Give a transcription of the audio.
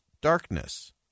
darkness